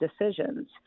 decisions